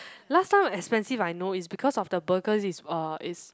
last time expensive I know is because of the burger is uh is